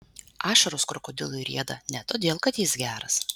ašaros krokodilui rieda ne todėl kad jis geras